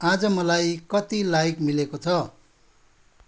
आज मलाई कति लाइक मिलेको छ